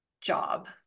job